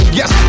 yes